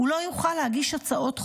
הוא לא יוכל להגיש הצעות חוק.